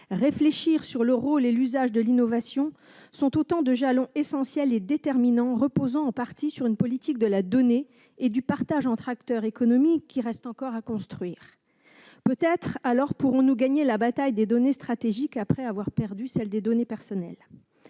réfléchir sur le rôle et l'usage de l'innovation sont, on le voit bien, autant de jalons essentiels, reposant en partie sur une politique de la donnée et du partage entre acteurs économiques qui reste encore à construire. Peut-être pourrons-nous alors gagner la bataille des données stratégiques, après avoir perdu celle des données personnelles